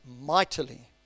mightily